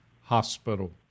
Hospital